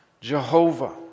Jehovah